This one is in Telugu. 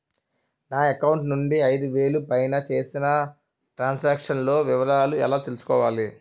నా అకౌంట్ నుండి ఐదు వేలు పైన చేసిన త్రం సాంక్షన్ లో వివరాలు ఎలా తెలుసుకోవాలి?